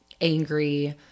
angry